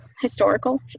historical